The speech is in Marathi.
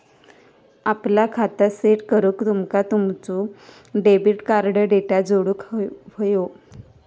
आपला खाता सेट करूक तुमका तुमचो डेबिट कार्ड डेटा जोडुक व्हयो